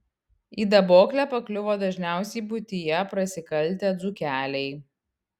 į daboklę pakliuvo dažniausiai buityje prasikaltę dzūkeliai